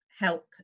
help